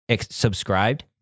subscribed